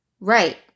Right